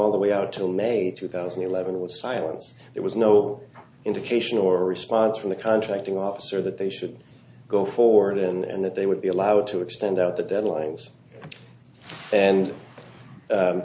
all the way out till may two thousand and eleven was silence there was no indication or a response from the contracting officer that they should go forward and that they would be allowed to extend out the deadlines and